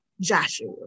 Joshua